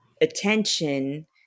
attention